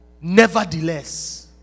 nevertheless